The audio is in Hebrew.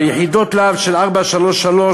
יחידות "להב 433",